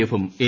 എഫും എൻ